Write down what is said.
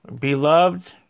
Beloved